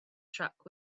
truck